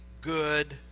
good